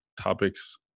topics